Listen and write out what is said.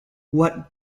what